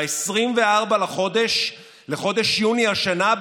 ב-24 בחודש יוני השנה,